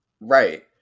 Right